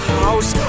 house